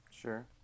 Sure